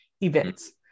events